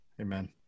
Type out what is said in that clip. amen